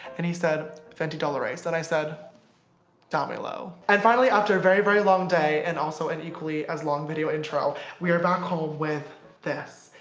and he said veinte dolares and i said damelo. and finally after a very very long day and also an equally as long video intro we are back home with this.